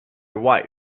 wife